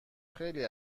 خیلی